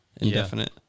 indefinite